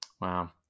Wow